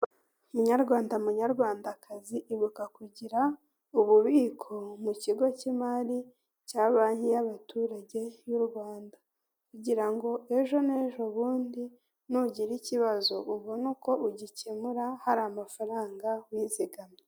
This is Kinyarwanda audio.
Munyarwanda, munyarwandakazi ibuka kugira ububiko mu kigo k'imari cya banki y'abaturage y' u Rwanda kugira ngo ejo n'ejobundi nugira ikibazo ubone uko ugikemura hari amafaranga wizigamye.